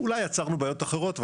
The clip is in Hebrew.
אולי יצרנו בעיות אחרות,